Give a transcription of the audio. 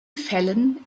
fällen